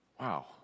Wow